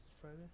Friday